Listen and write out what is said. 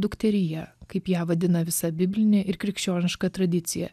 dukteryje kaip ją vadina visa biblinė ir krikščioniška tradicija